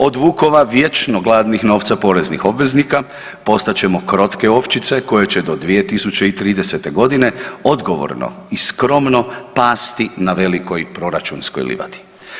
Od vukova vječno gladnih novca poreznih obveznika postat ćemo krotke ovčice koje će do 2030. godine odgovorno i skromno pasti na velikoj proračunskoj livadi.